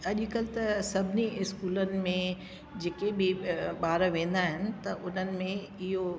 अॼुकल्ह त सभिनी इस्कूलनि में जेके बि अ ॿार वेंदा आहिनि त उन्हनि में इहो